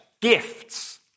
gifts